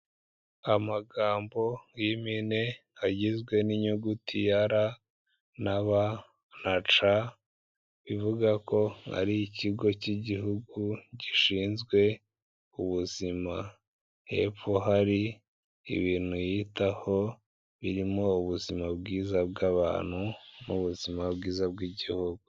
Amagambo y'impine agizwe n'inyuguti ya r na b na c, bivuga ko ari ikigo cy'igihugu gishinzwe ubuzima, hepfo hari ibintu yitaho birimo ubuzima bwiza bw'abantu n'ubuzima bwiza bw'igihugu.